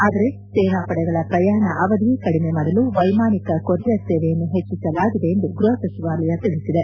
ಆದರೆ ಸೇನಾಪಡೆಗಳ ಪ್ರಯಾಣ ಅವಧಿ ಕಡಿಮೆ ಮಾಡಲು ವೈಮಾನಿಕ ಕೊರಿಯರ್ ಸೇವೆಯನ್ನು ಹೆಜ್ಜಿಸಲಾಗಿದೆ ಎಂದು ಗೃಪ ಸಚಿವಾಲಯ ತಿಳಿಸಿದೆ